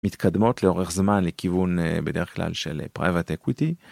מתקדמות לאורך זמן לכיוון בדרך כלל של פריבט אקוויטי.